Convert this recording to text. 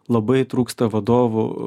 labai trūksta vadovų